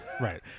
right